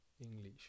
english